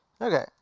Okay